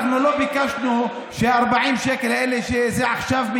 אנחנו לא ביקשנו ש-40 השקלים האלה יהיו עכשיו,